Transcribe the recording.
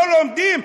לא לומדים?